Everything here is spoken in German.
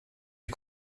ihr